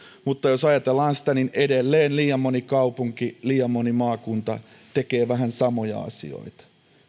mutta jos ajatellaan sitä niin edelleen liian moni kaupunki liian moni maakunta tekee vähän samoja asioita